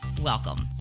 welcome